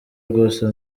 rwose